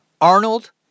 Arnold